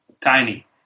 tiny